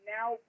Now